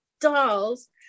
dolls